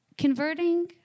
Converting